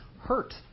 hurt